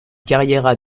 carriera